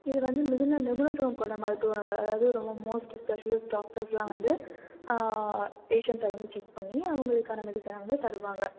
இது வந்து மிகுந்த நிபுணத்துவம் கொண்ட மருத்துவர்கள் அதாவது ரொம்ப மோஸ்ட் ஸ்பெஷலிஸ்ட் டாக்டர்ஸுலாம் வந்து பேஷண்ட்டை வந்து செக் பண்ணி அவங்களுக்கான மெடிசனை வந்து தருவாங்க